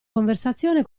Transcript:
conversazione